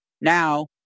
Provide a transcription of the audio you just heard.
now